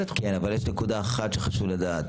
כן, אבל יש נקודה אחת שחשוב לדעת.